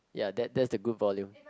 ya that that is a good volume